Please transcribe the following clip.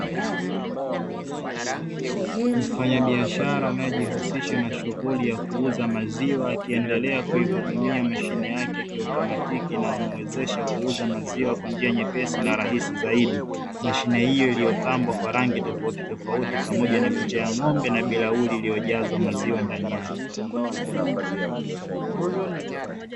Mfanyabiashara anayejihusisha na shughuli ya kuuza maziwa akiendelea kuihudumia mashine yake ya kiotomatiki inayomuwezesha kuuza maziwa kwa njia nyepesi na rahisi zaidi, mashine hii iliyopambwa kwa rangi tofautitofauti na picha ya ng'ombe na bilauli iliyojazwa maziwa ndani yake.